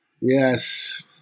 Yes